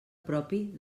propi